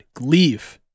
Leave